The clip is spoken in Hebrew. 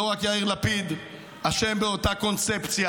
לא רק יאיר לפיד אשם באותה קונספציה,